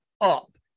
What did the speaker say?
up